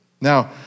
Now